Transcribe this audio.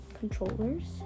controllers